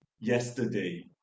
yesterday